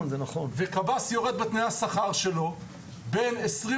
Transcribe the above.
וקב"ס יורד בתנאי השכר שלו בין עשרים